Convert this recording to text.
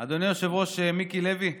אדוני היושב-ראש מיקי לוי כן,